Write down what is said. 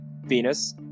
Venus